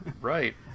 right